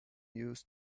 news